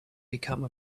become